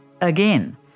Again